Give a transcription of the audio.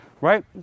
right